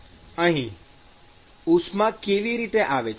અહીં ઉષ્મા કેવી રીતે આવે છે